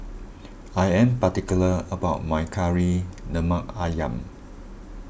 I am particular about my Kari Lemak Ayam